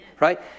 right